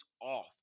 off